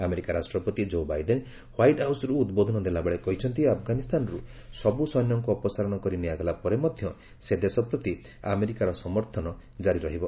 America ରାଷ୍ଟ୍ରପତି କୋ Biden White ହାଉସ୍ରୁ ଉଦ୍ବୋଧନ ଦେଲାବେଳେ କହିଛନ୍ତି ଆଫଗାନିସ୍ତାନରୁ ସବୁ ସୈନ୍ୟଙ୍କୁ ଅପସାରଣ କରି ନିଆଗଲା ପରେ ମଧ୍ୟ ସେ ଦେଶ ପ୍ରତି ଆମେରିକାର ସମର୍ଥନ ଜାରି ରହିବ